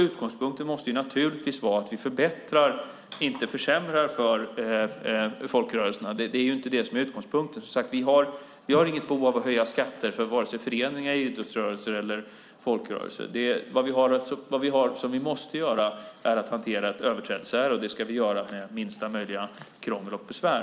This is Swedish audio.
Utgångspunkten måste naturligtvis vara att vi förbättrar, inte försämrar - det är ju inte det som är utgångspunkten - för folkrörelserna. Vi har, som sagt, inget behov av att höja skatter för vare sig föreningar eller för idrotts eller folkrörelser. Vad vi måste göra är att hantera ett överträdelseärende. Det ska vi göra med minsta möjliga krångel och besvär.